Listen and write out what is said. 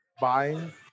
Buying